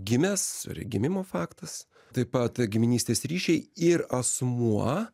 gimęs gimimo faktas taip pat giminystės ryšiai ir asmuo